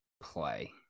play